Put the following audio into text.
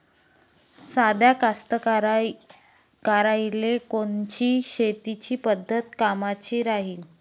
साध्या कास्तकाराइले कोनची शेतीची पद्धत कामाची राहीन?